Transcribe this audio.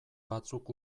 batzuk